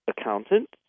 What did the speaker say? accountant